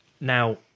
Now